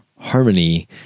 Harmony